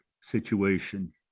situation